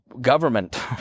government